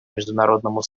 международному